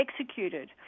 executed